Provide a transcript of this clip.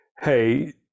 hey